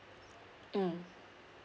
mm